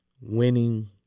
winning